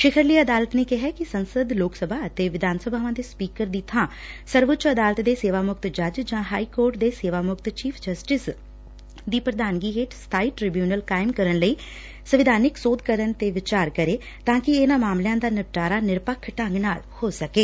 ਸਿਖਰਲੀ ਅਦਾਲਤ ਨੇ ਕਿਹੈ ਕਿ ਸੰਸਦ ਲੋਕ ਸਭਾ ਅਤੇ ਵਿਧਾਨ ਸਭਾਵਾਂ ਦੇ ਸਪੀਕਰ ਦੀ ਥਾਂ ਸਰਵਉੱਚ ਅਦਾਲਤ ਦੇ ਸੇਵਾ ਮੁਕਤ ਜੱਜ ਜਾਂ ਹਾਈ ਕੋਰਟ ਦੇ ਸੇਵਾ ਮੁਕਤ ਚੀਫ਼ ਜਸਟਿਸ ਦੀ ਪ੍ਧਾਨਗੀ ਹੇਠ ਸਬਾਈ ਟ੍ਰਿਬਿਊਨਲ ਕਾਇਮ ਕਰਨ ਲਈ ਸੰਵਿਧਾਨਿਕ ਸੋਧ ਕਰਨ ਤੇ ਵਿਚਾਰ ਕਰੇ ਤਾਂ ਕਿ ਇਨੂਾਂ ਮਾਮਲਿਆਂ ਦਾ ਨਿਪਟਾਰਾ ਨਿਰੱਪਖ ਢੰਗ ਨਾਲ ਹੋ ਸਕੇ